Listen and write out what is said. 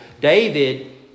David